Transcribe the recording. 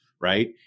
Right